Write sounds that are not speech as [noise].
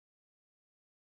[unintelligible]